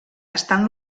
estan